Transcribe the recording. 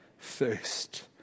thirst